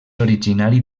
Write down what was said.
originari